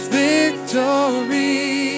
victory